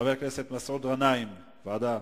חבר הכנסת מסעוד גנאים, ועדה?